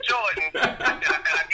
Jordan